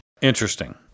Interesting